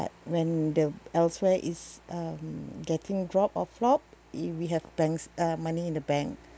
but when the elsewhere is um getting drop or flop i~ we have banks uh money in the bank